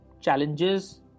challenges